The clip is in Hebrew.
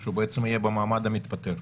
שהוא יהיה במעמד מתפטר.